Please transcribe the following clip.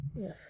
Yes